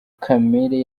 kamere